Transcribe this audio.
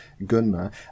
Gunma